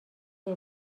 این